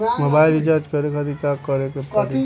Mobile recharge करे खातिर का करे के पड़ी?